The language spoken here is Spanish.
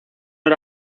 era